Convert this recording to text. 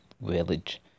Village